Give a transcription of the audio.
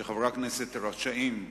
שחברי הכנסת רשאים,